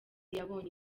yabonye